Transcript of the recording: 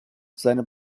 seine